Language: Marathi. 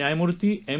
न्यायमूर्तीएम